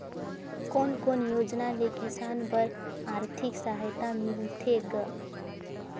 कोन कोन योजना ले किसान बर आरथिक सहायता मिलथे ग?